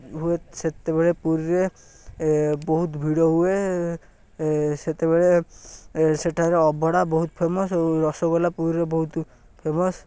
ହୁଏ ସେତେବେଳେ ପୁରୀରେ ବହୁତ ଭିଡ଼ ହୁଏ ସେତେବେଳେ ସେଠାରେ ଅଭଡ଼ା ବହୁତ ଫେମସ୍ ଓ ରସଗୋଲା ପୁରୀରେ ବହୁତ ଫେମସ୍